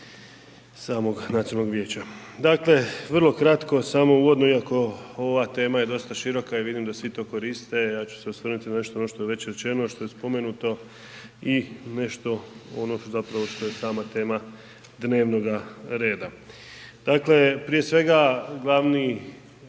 samog nacionalnog vijeća. Dakle, vrlo kratko samo uvodno, iako ova tema je dosta široka i vidim da svi to koriste, ja ću se osvrnuti na nešto ono što je već rečeno, što je spomenuto i nešto ono što zapravo je sama tema dnevnoga reda. Dakle, prije svega, glavni